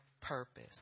purpose